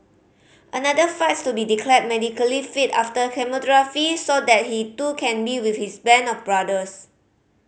another fights to be declared medically fit after chemotherapy so that he too can be with his band of brothers